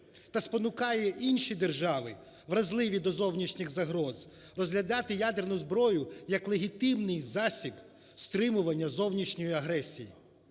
та спонукає інші держави, вразливі до зовнішніх загроз, розглядати ядерну зброю, як легітимний засіб стримування зовнішньої агресії.